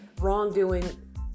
wrongdoing